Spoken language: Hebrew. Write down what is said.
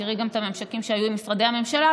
תראי גם את הממשקים שהיו עם משרדי הממשלה,